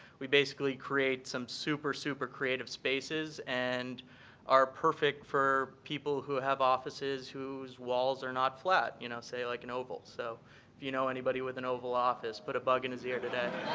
we basically create some super, super creative spaces spaces and are perfect for people who have offices whose walls are not flat. you know, say like an oval. so if you know anybody with an oval office put a bug in his ear today.